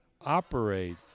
operate